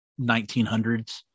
1900s